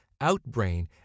Outbrain